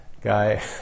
guy